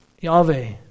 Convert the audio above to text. Yahweh